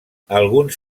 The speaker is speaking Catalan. alguns